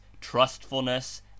trustfulness